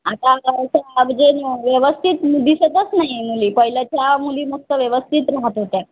आता काय जे व्यवस्थित दिसतच नाही मुली पहिल्याच्या मुली मस्त व्यवस्थित राहात होत्या